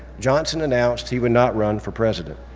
johnson announced he would not run for president.